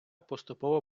поступово